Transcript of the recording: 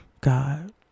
God